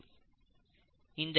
இது எப்படி சாத்தியம்